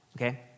Okay